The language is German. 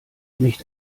nicht